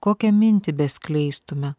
kokią mintį beskleistume